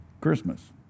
Christmas